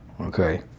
Okay